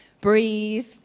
breathe